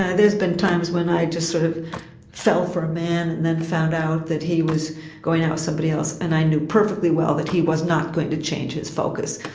there's been times when i just sort of fell for a man and then found out that he was going out with somebody else and i knew perfectly well that he was not going to change his focus,